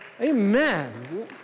Amen